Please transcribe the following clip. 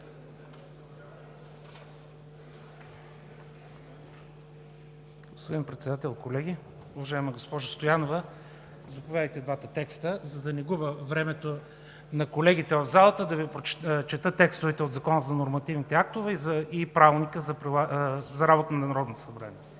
Господин Председател, колеги! Уважаема госпожо Стоянова, заповядайте двата текста, за да не губя времето на колегите в залата, да Ви чета текстовете от Закона за нормативните актове и Правилника за организацията и дейността на Народното събрание.